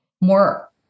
more